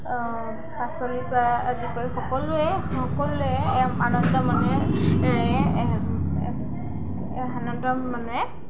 পাচলিৰ পৰা আদি কৰি সকলোৱে সকলোৱে আনন্দ মনেৰে আনন্দ